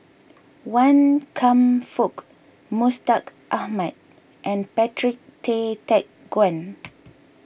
Wan Kam Fook Mustaq Ahmad and Patrick Tay Teck Guan